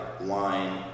wine